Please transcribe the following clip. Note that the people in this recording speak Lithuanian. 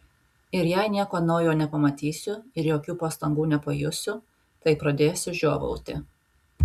ir jei nieko naujo nepamatysiu ir jokių pastangų nepajusiu tai pradėsiu žiovauti